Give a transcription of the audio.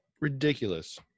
ridiculous